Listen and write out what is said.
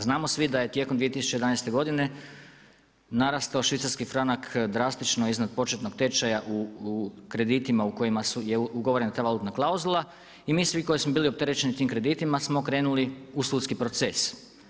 Znamo svi da je tijekom 2011. godine, narastao švicarski franak drastično iznad početnog tečaja u kreditima u kojima je ugovorena ta valutna klauzula i mi svi koji smo bili opterećeni tim kreditima smo krenuli u sudski proces.